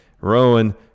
Rowan